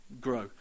grow